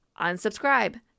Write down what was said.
Unsubscribe